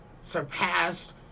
surpassed